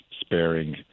sparing